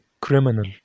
criminal